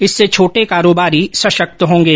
इससे छोटे कारोबारी सशक्त होंगे